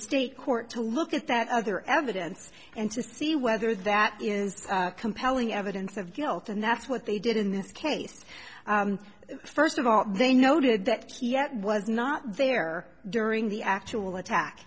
state court to look at that other evidence and to see whether that is compelling evidence of guilt and that's what they did in this case first of all they noted that yet was not there during the actual attack